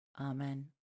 Amen